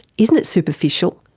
isn't it superficial?